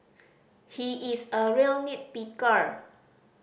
he is a real nit picker